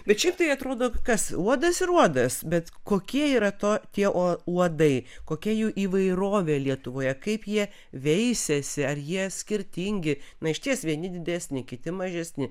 bet šiaip tai atrodo kas uodas ir uodas bet kokie yra to tie o uodai kokia jų įvairovė lietuvoje kaip jie veisiasi ar jie skirtingi na išties vieni didesni kiti mažesni